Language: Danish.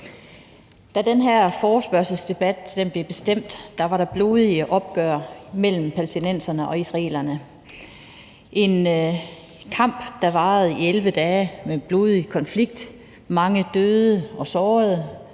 Da den her forespørgselsdebat blev bestemt, var der blodige opgør mellem palæstinenserne og israelerne. Det var en kamp, der varede i 11 dage, med blodig konflikt og mange døde og sårede